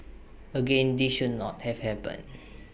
again this should not have happened